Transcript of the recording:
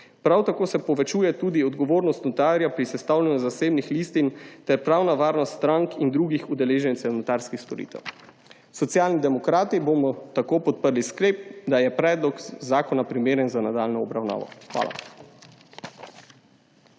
Prav tako se povečuje tudi odgovornost notarja pri sestavljanju zasebnih listin ter pravna varnost strank in drugih udeležencev notarskih storitev. Socialni demokrati bomo tako podprli sklep, da je predlog zakona primeren za nadaljnjo obravnavo. Hvala.